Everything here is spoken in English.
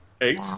Eight